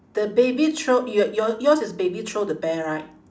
the baby throw your your yours is baby throw the bear right